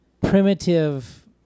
primitive